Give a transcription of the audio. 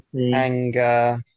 anger